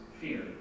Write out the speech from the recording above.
fear